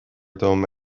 dom